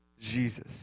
Jesus